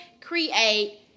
create